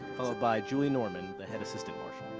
followed by julie norman, the head assistant marshal.